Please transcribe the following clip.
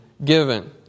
Given